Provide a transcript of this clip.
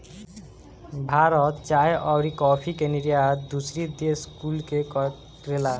भारत चाय अउरी काफी के निर्यात दूसरी देश कुल के करेला